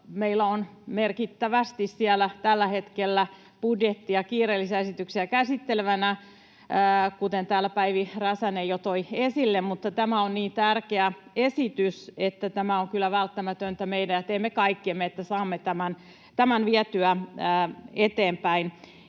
meillä on merkittävästi siellä tällä hetkellä budjettiin liittyviä kiireellisiä esityksiä käsiteltävänä, kuten täällä Päivi Räsänen jo toi esille, mutta tämä on niin tärkeä esitys, että on kyllä välttämätöntä, että teemme kaikkemme, jotta saamme tämän vietyä eteenpäin.